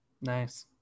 Nice